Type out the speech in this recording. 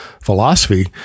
philosophy